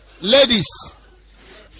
Ladies